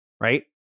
right